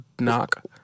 knock